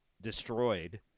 destroyed